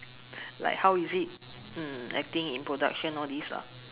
like how is it mm acting in production all these lah